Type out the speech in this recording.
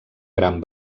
gran